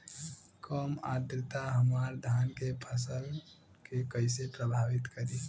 कम आद्रता हमार धान के फसल के कइसे प्रभावित करी?